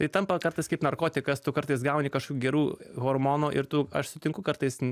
tai tampa kartais kaip narkotikas tu kartais gauni kažkokių gerų hormonų ir tu aš sutinku kartais